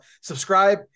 subscribe